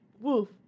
woof